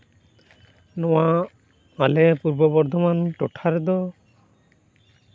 ᱱᱚᱣᱟ ᱟᱞᱮ ᱯᱩᱨᱵᱚ ᱵᱚᱨᱫᱷᱚᱢᱟᱱ ᱴᱚᱴᱷᱟ ᱨᱮᱫᱚ